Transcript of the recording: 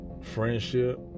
friendship